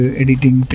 editing